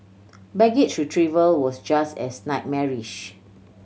baggage retrieval was just as nightmarish